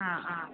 हा हा